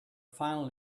final